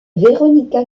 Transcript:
veronica